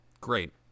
Great